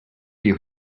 you